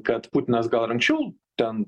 kad putinas gal ir anksčiau ten